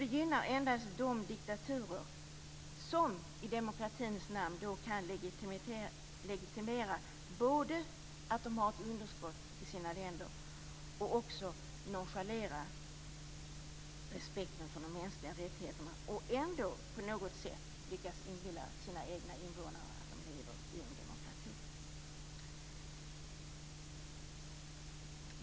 Det gynnar endast de diktaturer som i demokratins namn då kan legitimera både att man har ett demokratiunderskott i sina länder och att man nonchalerar respekten för de mänskliga rättigheterna och ändå på något sätt lyckas inbilla sina egna invånare att de lever i en demokrati.